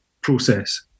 process